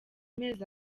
mezi